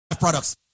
products